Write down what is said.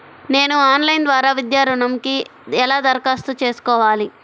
నేను ఆన్లైన్ ద్వారా విద్యా ఋణంకి ఎలా దరఖాస్తు చేసుకోవాలి?